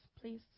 please